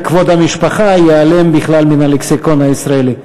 כבוד המשפחה" ייעלם בכלל מן הלקסיקון הישראלי.